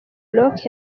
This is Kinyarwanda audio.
rock